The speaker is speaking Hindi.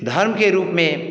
धर्म के रूप में